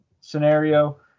scenario